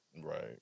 Right